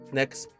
next